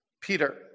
Peter